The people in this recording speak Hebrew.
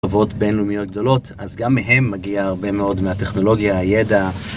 בינלאומיות גדולות, אז גם מהן מגיע הרבה מאוד מהטכנולוגיה, הידע.